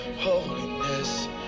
holiness